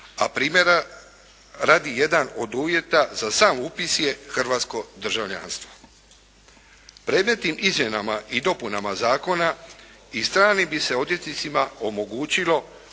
a primjera radi jedan od uvjeta za sam upis je hrvatsko državljanstvo. Predmetnim izmjenama i dopunama zakona i stranim bi se odvjetnicima omogućilo